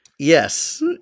Yes